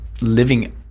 living